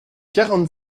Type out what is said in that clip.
quarante